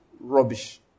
rubbish